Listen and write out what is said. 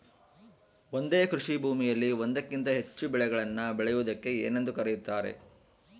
ಒಂದೇ ಕೃಷಿಭೂಮಿಯಲ್ಲಿ ಒಂದಕ್ಕಿಂತ ಹೆಚ್ಚು ಬೆಳೆಗಳನ್ನು ಬೆಳೆಯುವುದಕ್ಕೆ ಏನೆಂದು ಕರೆಯುತ್ತಾರೆ?